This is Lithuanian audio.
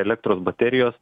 elektros baterijos